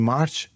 March